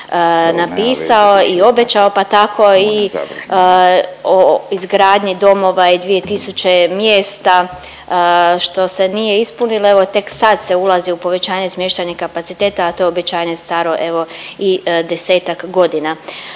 napisao i obećao pa tako i o izgradnji domova i dvije tisuće mjesta što se nije ispunilo. Evo tek sad se ulazi u povećanje smještajnih kapaciteta, a to je obećanje staro evo i desetak godina.